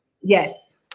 Yes